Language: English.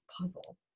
puzzle